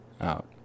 out